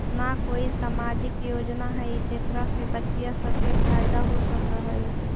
का कोई सामाजिक योजना हई जेकरा से बच्चियाँ सब के फायदा हो सक हई?